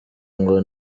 ngo